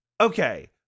okay